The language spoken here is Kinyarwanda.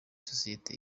sosiyete